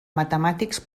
matemàtics